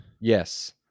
Yes